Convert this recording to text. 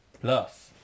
plus